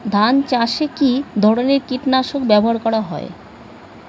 ধান চাষে কী ধরনের কীট নাশক ব্যাবহার করা হয়?